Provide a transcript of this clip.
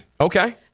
Okay